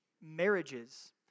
Marriages